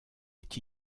est